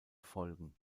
folgen